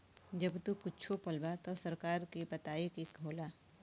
जब तू कुच्छो पलबा त सरकार के बताए के होला